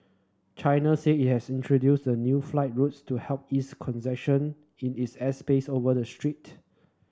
China said it has introduced the new flight routes to help ease congestion in its airspace over the strait